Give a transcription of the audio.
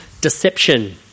Deception